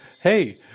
hey